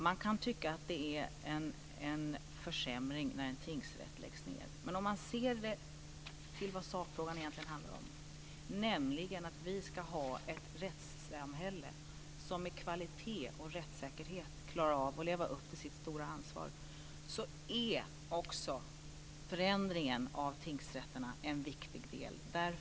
Man kan tycka att det är en försämring när en tingsrätt läggs ned. Men om man ser vad sakfrågan egentligen handlar om, nämligen att vi ska ha ett rättssamhälle som i kvalitet och rättssäkerhet klarar av att leva upp till sitt stora ansvar, är också förändringen av tingsrätterna en viktig del.